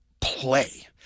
play